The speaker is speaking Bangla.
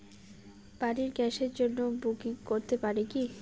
বাড়ির গ্যাসের জন্য বুকিং করতে পারি কি?